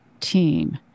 team